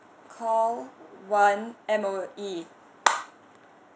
call one M_O_E